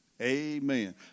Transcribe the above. amen